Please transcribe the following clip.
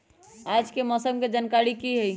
आज के मौसम के जानकारी कि हई?